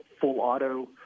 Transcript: full-auto